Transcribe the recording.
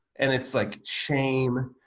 and it's like shame,